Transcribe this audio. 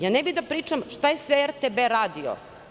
Ne bih da pričam šta je sve RTB radio.